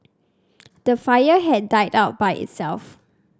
the fire had died out by itself